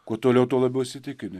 kuo toliau tuo labiau įsitikini